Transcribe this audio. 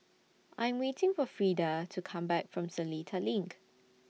I'm waiting For Freeda to Come Back from Seletar LINK